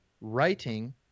writing